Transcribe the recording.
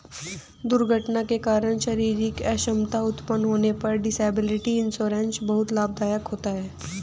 दुर्घटना के कारण शारीरिक अक्षमता उत्पन्न होने पर डिसेबिलिटी इंश्योरेंस बहुत लाभदायक होता है